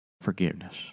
forgiveness